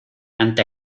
ante